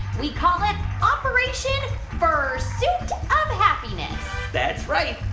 we call it operation fursuit of happiness that's right.